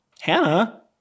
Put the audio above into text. Hannah